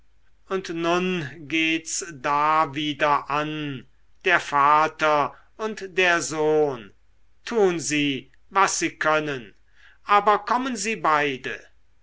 und nun geht's da wieder an der vater und der sohn tun sie was sie können aber kommen sie beide